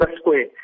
Square